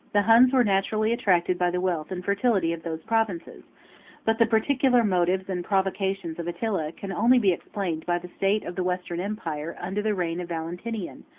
the huns were naturally attracted by the wealth and fertility of those provinces but the particular motives and provocations of attila can only be explained by the state of the western empire under the reign of valentinian,